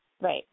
Right